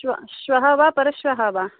श्वः श्वः वा परश्वः वा